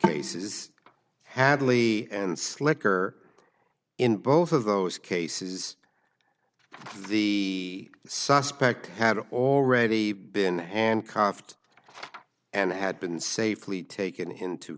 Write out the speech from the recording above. cases hadley and slicker in both of those cases the suspect had already been and caused and had been safely taken into